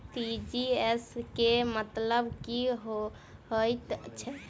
TGS केँ मतलब की हएत छै?